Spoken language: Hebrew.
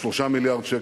ב-3 מיליארד שקל.